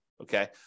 Okay